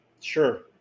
Sure